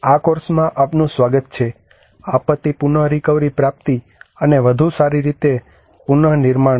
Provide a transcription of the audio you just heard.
આ કોર્સમાં આપનું સ્વાગત છે આપત્તિ પુનરિકવરી પ્રાપ્તિ અને વધુ સારું નિર્માણ